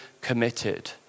committed